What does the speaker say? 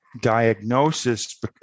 diagnosis